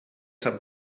some